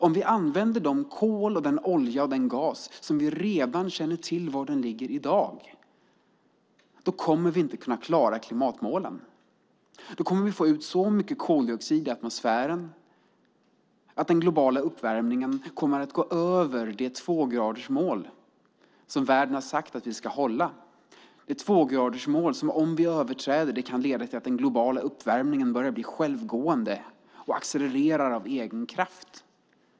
Om vi använder den kol, den olja och den gas som vi redan i dag känner till var den ligger kommer vi inte att kunna klara klimatmålen. Då kommer vi att få ut så mycket koldioxid i atmosfären att den globala uppvärmningen går över det tvågradersmål som världen har sagt att vi ska hålla. Om vi överträder detta tvågradersmål kan det leda till att den globala uppvärmningen börjar bli självgående och accelererar av egen kraft.